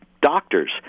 doctors